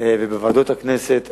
ובוועדות הכנסת השונות,